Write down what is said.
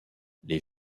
les